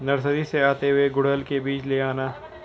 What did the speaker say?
nursery से आते हुए गुड़हल के बीज ले आना